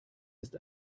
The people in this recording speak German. ist